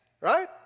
Right